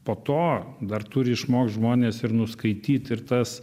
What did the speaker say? po to dar turi išmokt žmonės ir nuskaityt ir tas